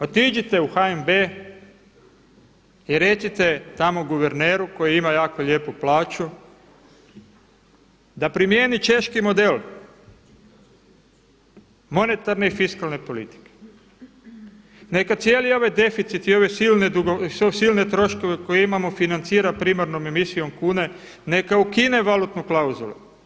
Otiđite u HNB i recite tamo guverneru koji ima jako lijepu plaću da primijeni češki model monetarne i fiskalne politike, neka cijeli ovaj deficit i ove silne troškove koje imamo financira primarnom emisijom kune, neka ukine valutnu klauzulu.